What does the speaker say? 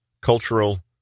cultural